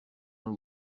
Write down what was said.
n’u